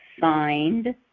signed